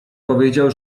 powiedział